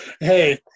Hey